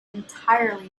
entirely